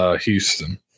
Houston